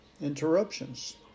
Interruptions